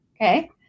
Okay